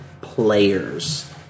players